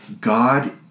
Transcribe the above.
God